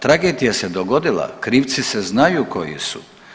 Tragedija se dogodila, krivci se znaju koji su.